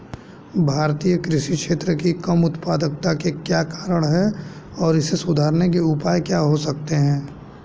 भारतीय कृषि क्षेत्र की कम उत्पादकता के क्या कारण हैं और इसे सुधारने के उपाय क्या हो सकते हैं?